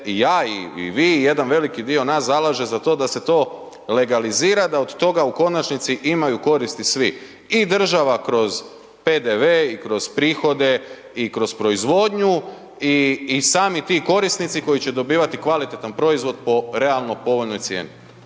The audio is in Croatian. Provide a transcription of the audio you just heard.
i ja i vi i jedan veliki dio vas zalaže za to da se to legalizira, da od toga u konačnici, imaju koristi i svi i država kroz PDV i kroz prihode i kroz proizvodnju i sami ti korisnici, koji će dobivati kvalitetan proizvod po realno